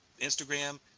Instagram